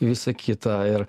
visa kita ir